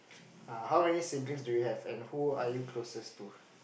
ah how many siblings do you have and who are you closest to